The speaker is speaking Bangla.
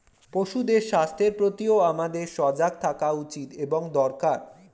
পশুদের স্বাস্থ্যের প্রতিও আমাদের সজাগ থাকা উচিত এবং দরকার